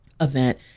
event